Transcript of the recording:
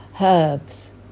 herbs